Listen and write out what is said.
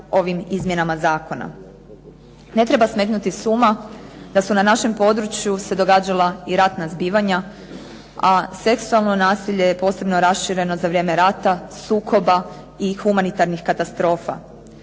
Ne treba smetnuti s uma da su na našem području se događala i ratna zbivanja, a seksualno nasilje je posebno rašireno za vrijeme rata, sukoba i humanitarnih katastrofa.